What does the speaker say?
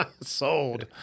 Sold